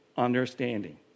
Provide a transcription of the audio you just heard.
understanding